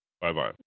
Bye-bye